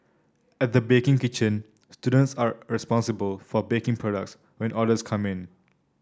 at the baking kitchen students are responsible for baking products when orders come in